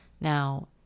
Now